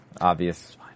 obvious